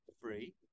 free